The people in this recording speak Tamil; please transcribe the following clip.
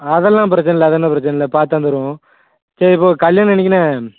அதெல்லாம் பிரச்சனை இல்லை அதெல்லாம் பிரச்சனை இல்லை பார்த்துதான் தருவோம் சரி இப்போது கல்யாணம் என்னைக்குணே